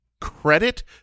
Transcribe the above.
credit